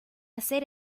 hacer